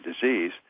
disease